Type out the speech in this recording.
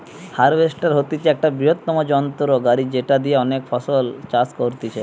harvester হতিছে একটা বৃহত্তম যন্ত্র গাড়ি যেটি দিয়া অনেক ফসল চাষ করতিছে